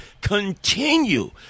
continue